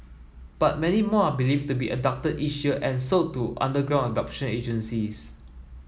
but many more believed to be abducted each year and sold to underground adoption agencies